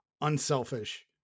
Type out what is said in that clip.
unselfish